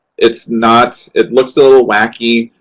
it's not. it looks a little wacky,